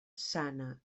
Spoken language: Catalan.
sana